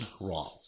wrong